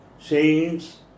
saints